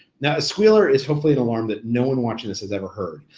now, a squealer is hopefully an alarm that no one watching this has ever heard.